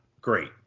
great